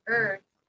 earth